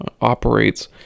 operates